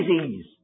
disease